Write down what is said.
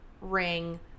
ring